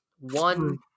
one